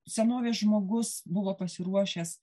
senovės žmogus buvo pasiruošęs